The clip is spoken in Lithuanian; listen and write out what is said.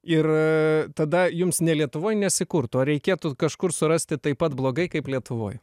ir tada jums ne lietuvoj neskurtų ar reikėtų kažkur surasti taip pat blogai kaip lietuvoj